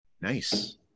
nice